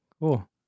Cool